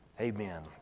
Amen